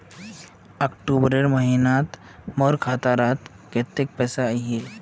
अक्टूबर महीनात मोर खाता डात कत्ते पैसा अहिये?